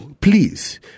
please